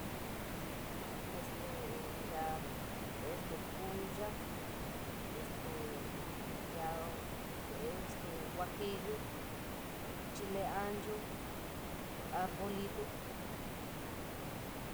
Este, yala poya, este yora este juajillu, chile amchu, arbolitu.